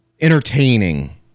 entertaining